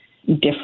different